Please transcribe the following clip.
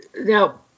Now